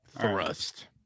Thrust